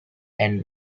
and